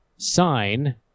sign